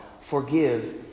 forgive